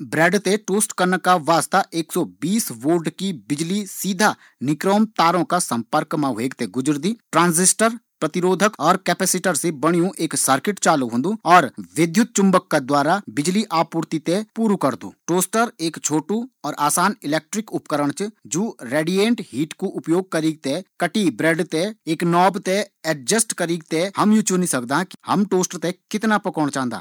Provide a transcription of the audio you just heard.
ब्रेड ते टोस्ट कन्ना का वास्ता एक सौ बीस वोल्ट का करंट ते सीधा निकरोम तारो से दौड़ाये जांदु ट्रांरजिस्टर केपेसीटर से बंन्यु एक सर्किट एक निश्चित समय पर टोस्ट मा रखी ब्रेड़ो ते गर्म करकी उन्ते भूनु करदु.